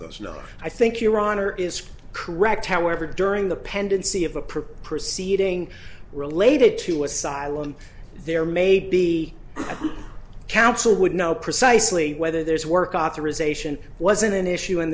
pose no i think your honor is correct however during the pendency of a perp proceeding related to asylum there may be counsel would know precisely whether there's work authorization wasn't an issue in